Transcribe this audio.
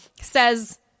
says